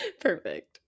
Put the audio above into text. perfect